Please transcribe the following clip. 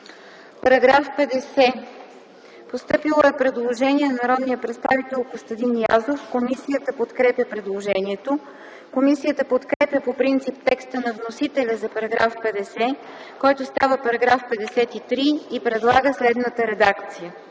По § 50 има предложение от народния представител Костадин Язов. Комисията подкрепя предложението. Комисията подкрепя по принцип текста на вносителя за § 50, който става § 53, и предлага следната редакция: